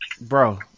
bro